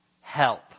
Help